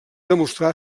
demostrar